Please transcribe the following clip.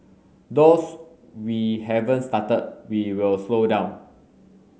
those we haven't started we will slow down